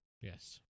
Yes